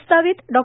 प्रस्तावित डॉ